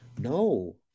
no